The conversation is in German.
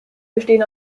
bestehen